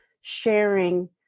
sharing